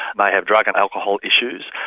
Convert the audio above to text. may have drug and alcohol issues.